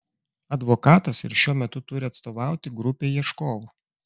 advokatas ir šiuo metu turi atstovauti grupei ieškovų